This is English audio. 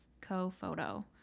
co-photo